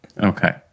Okay